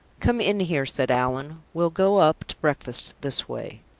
come in here, said allan. we'll go up to breakfast this way.